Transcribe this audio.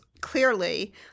clearly